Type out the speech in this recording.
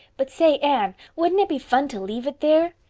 but say, anne, wouldn't it be fun to leave it there?